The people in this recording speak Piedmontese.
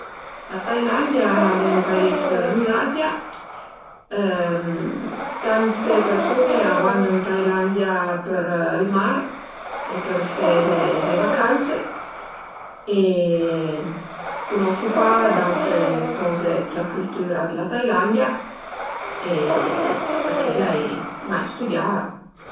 La Tailandia al e ün pais ën l'Azia. Tante persun-e a van ën Tailandia për ël mar e për fe le vacanse e cunosu pa d'autre coze d'la cültüra dë la Tailandia perché l'ai mai stüdià